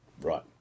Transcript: Right